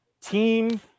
Team